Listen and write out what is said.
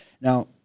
Now